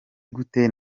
gute